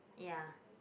ya